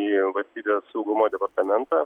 į valstybės saugumo departamentą